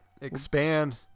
expand